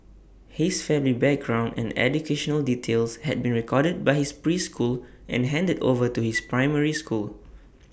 his family background and educational details had been recorded by his preschool and handed over to his primary school